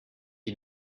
you